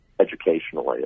educationally